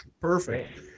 Perfect